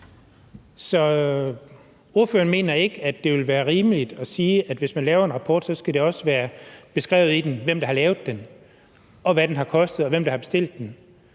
Så ordføreren mener ikke, at det vil være rimeligt at sige, at hvis man laver en rapport, skal det også være beskrevet i den, hvem der har lavet den, hvad den har kostet, og hvem der har bestilt den.